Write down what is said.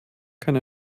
kann